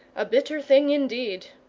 a bitter thing indeed!